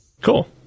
cool